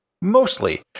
mostly